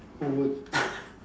overage